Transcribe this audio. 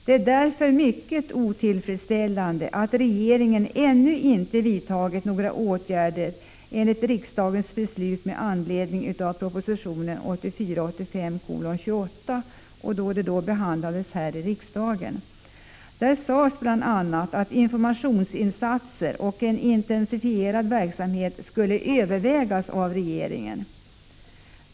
Det är därför mycket otillfredsställande att regeringen ännu inte vidtagit några åtgärder enligt riksdagens beslut med anledning av proposition 1984/85:28. Där sades bl.a. att informationsinsatser och en intensifierad verksamhet skulle övervägas av regeringen.